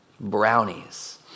Brownies